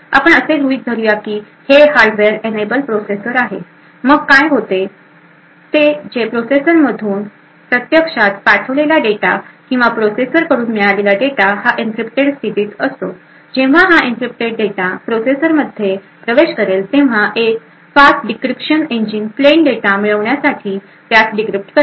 आपण असे गृहीत धरू या की हे हार्डवेअर एनेबल प्रोसेसर आहे मग काय होते ते जे प्रोसेसरमधून प्रत्यक्षात पाठवलेला डेटा किंवा प्रोसेसरकडून मिळालेला डेटा हा एनक्रिप्टेड स्थितीत असतो जेव्हा हा एनक्रिप्टेड डेटा प्रोसेसरमध्ये प्रवेश करेल तेव्हा एक fast decryption engine plain data मिळवण्यासाठी त्यास डीक्रिप्ट करेल